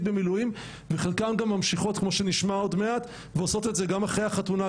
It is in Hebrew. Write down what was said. במילואים וחלקן גם ממשיכות כמו שנשמע עוד מעט ועושות את זה גם אחרי החתונה,